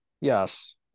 Yes